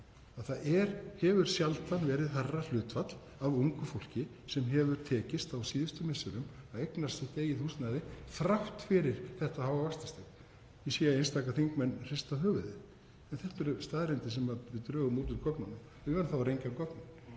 það hefur sjaldan verið hærra hlutfall af ungu fólki sem hefur tekist á síðustu misserum að eignast sitt eigið húsnæði, þrátt fyrir þetta háa vaxtastig. Ég sé að einstaka þingmenn hrista höfuðið en þetta eru staðreyndir sem við drögum út úr gögnunum. Við verðum þá að rengja gögnin.